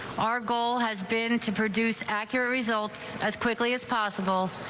our goal has been to produce accurate results as quickly as possible.